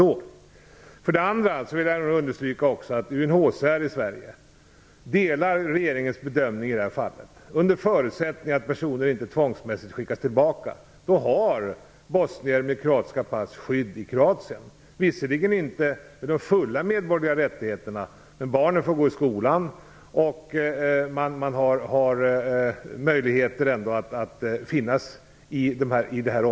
Sedan vill jag understryka att UNHCR i Sverige delar regeringens bedömning i det här fallet. Under förutsättning att personer inte tvångsmässigt skickas tillbaka har bosnier med kroatiska pass skydd i Kroatien, visserligen inte med fulla medborgerliga rättigheter. Men barnen får gå i skola och man har möjlighet att finnas i Kroatien.